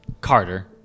Carter